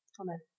Amen